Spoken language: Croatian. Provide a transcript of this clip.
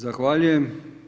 Zahvaljujem.